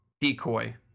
decoy